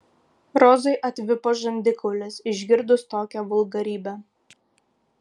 rozai atvipo žandikaulis išgirdus tokią vulgarybę